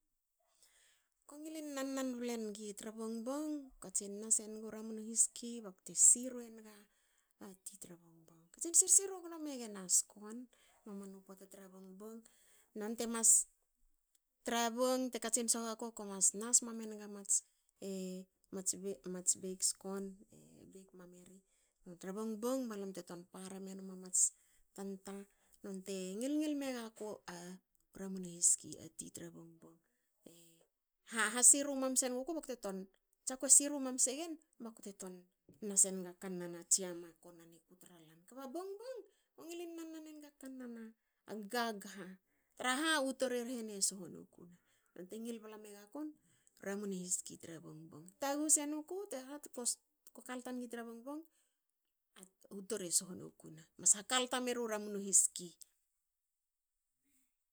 Ko ngilin nan- nan blengi tra bong bong. katsin nas engu ramun u hiski. bakte siru enga ti tra bongbong. katsin sir- siru megen a skon mamana pota tra bongbong. Nonte mas. tra bong te katsin soho gaku. ko mas nas mam enga mats mats beik skon beik mam eri tra bongbong. balam te ton parem enum mats tanta. Nonte ngil ngil megaku, ramun a hiski ati tra bongbong. E hasiru mam senguku baku te tsa kue hasiru mam segen ba kute ton nas enaga kannan a tsiama ko nan iku tra lan. Kba bongbong. ko ngilin nan- nan enaga kannan a gagha traha u tor e rhene soho nokune. Nonte ngil bla megaku ramun u hiski tra bongbong. taguhu senuku ko kalta nigi tra bongbong u tor e soho nokune. Mas hakalta meru ramun u hiski